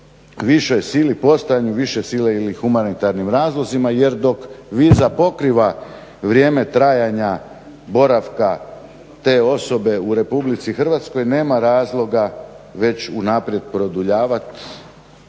višoj sili, postojanju više sile ili humanitarnim razlozima jer dok viza pokriva vrijeme trajanja boravka te osobe u RH nema razloga već unaprijed produljivat